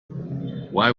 why